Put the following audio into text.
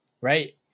right